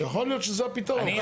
יכול להיות שזה הפתרון.